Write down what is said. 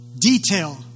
detail